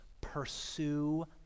pursue